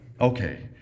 Okay